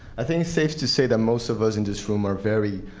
i think it's safe to say that most of us in this room are very